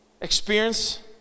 experience